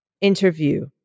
interview